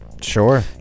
Sure